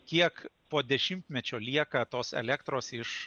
kiek po dešimtmečio lieka tos elektros iš